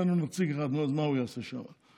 נו, אז מה הוא יעשה שם?